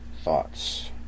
thoughts